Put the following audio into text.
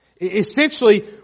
Essentially